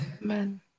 man